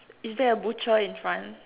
is there a butcher in front